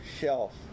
shelf